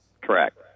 Correct